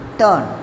turn